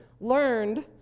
learned